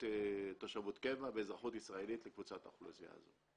תושבות קבע ואזרחות ישראלית לקבוצת האוכלוסייה הזו.